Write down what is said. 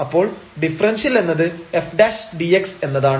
അപ്പോൾ ഡിഫറെൻഷ്യൽ എന്നത് f dx എന്നതാണ്